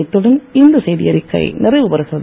இத்துடன் இந்த செய்தியறிக்கை நிறைவுபெறுகிறது